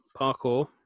parkour